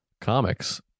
comics